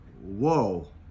whoa